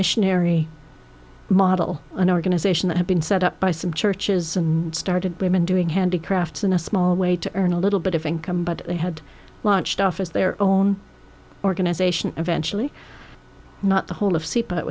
missionary model an organization that had been set up by some churches and started women doing handicrafts in a small way to earn a little bit of income but they had launched off as their own organization eventually not the whole of